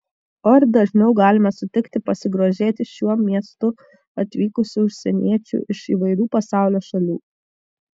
o ir dažniau galime sutikti pasigrožėti šiuo miestu atvykusių užsieniečių iš įvairių pasaulio šalių